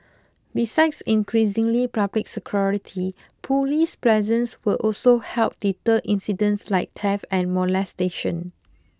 besides increasingly public security police presence will also help deter incidents like theft and molestation